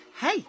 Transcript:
Hey